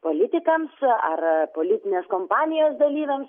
politikams ar politinės kampanijos dalyviams